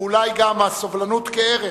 ואולי גם הסובלנות כערך,